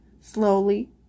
Slowly